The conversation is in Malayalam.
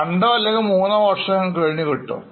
രണ്ടോ അല്ലെങ്കിൽ മൂന്നുവർഷംഗുണം കിട്ടും